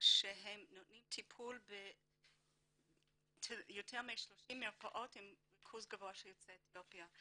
שנותנים טיפול ביותר מ-30 מרפאות עם ריכוז גבוה של יוצאי אתיופיה,